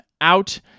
out